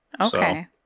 Okay